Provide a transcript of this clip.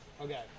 okay